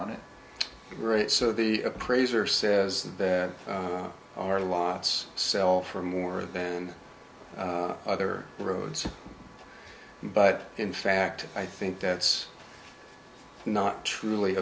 on it right so the appraiser says the bad are lots sell for more than other roads but in fact i think that's not truly